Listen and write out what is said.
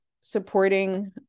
supporting